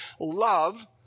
love